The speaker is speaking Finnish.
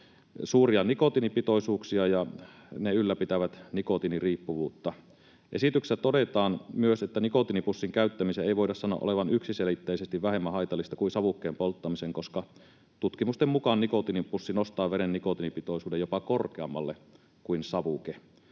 suuria nikotiinipitoisuuksia, ja ne ylläpitävät nikotiiniriippuvuutta. Esityksessä todetaan myös, että nikotiinipussin käyttämisen ei voida sanoa olevan yksiselitteisesti vähemmän haitallista kuin savukkeen polttamisen, koska tutkimusten mukaan nikotiinipussi nostaa veren nikotiinipitoisuuden jopa korkeammalle kuin savuke.